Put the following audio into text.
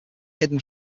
hidden